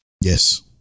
Yes